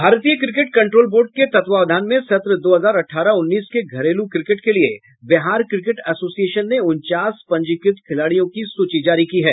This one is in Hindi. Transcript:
भारतीय क्रिकेट कंट्रोल बोर्ड के तत्वावधान में सत्र दो हजार अठारह उन्नीस के घरेलू क्रिकेट के लिये बिहार क्रिकेट एसोसिऐशन ने उनचास पंजीकृत खिलाड़ियों की सूची जारी की है